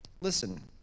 Listen